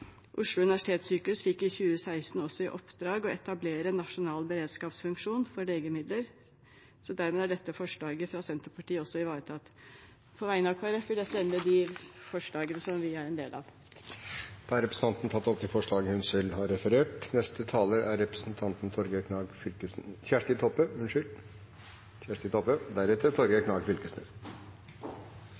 Oslo universitetssykehus fikk i 2016 også i oppdrag å etablere nasjonal beredskapsfunksjon for legemidler, så dermed er dette forslaget fra Senterpartiet også ivaretatt. På vegne av Kristelig Folkeparti vil jeg fremme de forslagene som vi er en del av. Representanten Hanne Thürmer har tatt opp de forslagene hun refererte til. Senterpartiet har levert forslag